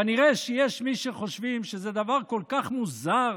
כנראה שיש מי שחושבים שזה דבר כל כך מוזר